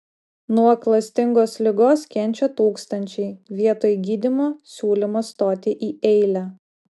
nuo klastingos ligos kenčia tūkstančiai vietoj gydymo siūlymas stoti į eilę